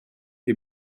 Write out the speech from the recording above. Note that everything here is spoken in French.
est